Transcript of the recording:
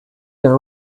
your